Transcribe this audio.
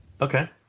Okay